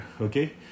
okay